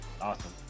Awesome